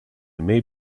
may